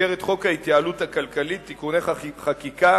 במסגרת חוק ההתייעלות הכלכלית (תיקוני חקיקה